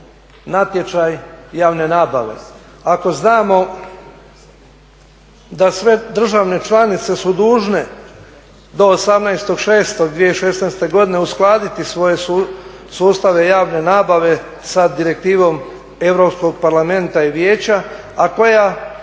natječaj javne nabave. Ako znamo da sve državne članice su dužne do 18.6.2016. godine uskladiti svoje sustave javne nabave sa direktivom Europskog parlamenta i Vijeća, a koja